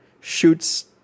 shoots